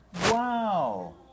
Wow